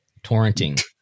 torrenting